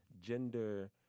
gender